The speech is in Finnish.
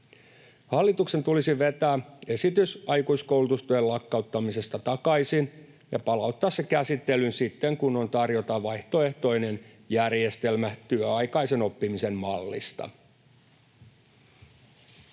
Hallituksen tulisi vetää esitys aikuiskoulutustuen lakkauttamisesta takaisin ja palauttaa se käsittelyyn sitten, kun on tarjota vaihtoehtoinen järjestelmä työaikaisen oppimisen mallista.